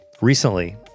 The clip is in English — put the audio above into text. Recently